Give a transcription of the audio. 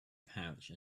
pouch